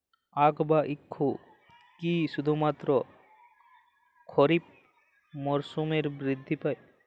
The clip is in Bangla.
আখ বা ইক্ষু কি শুধুমাত্র খারিফ মরসুমেই বৃদ্ধি পায়?